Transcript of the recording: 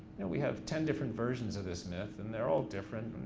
and we have ten different versions of this myth and they're all different,